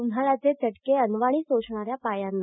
उन्हाळ्याचे चटके अनवाणी सोसणाऱ्या पायांना